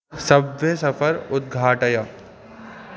Subway सफर् उद्घाटय